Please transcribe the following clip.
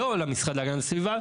לא רק למשרד להגנת הסביבה.